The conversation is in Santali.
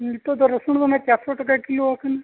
ᱱᱤᱛᱳᱜ ᱫᱚ ᱨᱟᱹᱥᱩᱱ ᱫᱚ ᱚᱱᱮ ᱪᱟᱨᱥᱚ ᱴᱟᱠᱟ ᱠᱤᱞᱳ ᱟᱠᱟᱱᱟ